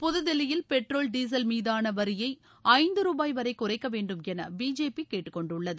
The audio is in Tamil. புதுதில்லியில் பெட்ரோல் டீசல் மீனதான வரியை ஐந்து ரூபாய் வரை குறைக்க வேண்டுமென பிஜேபி கேட்டுக்கொண்டுள்ளது